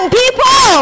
people